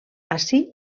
ací